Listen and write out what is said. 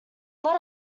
let